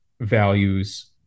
values